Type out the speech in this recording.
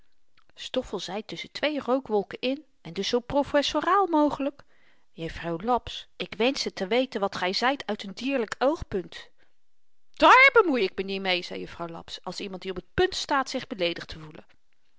stoffel zei tusschen twee rookwolken in en dus zoo professoraal mogelyk juffrouw laps ik wenschte te weten wat gy zyt uit een dierlyk oogpunt daar bemoei ik me niet mee zei juffrouw laps als iemand die op t punt staat zich beleedigd te voelen